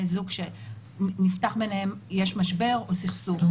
זוג שנפתח ביניהם יש משבר או סכסוך.